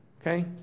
Okay